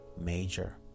major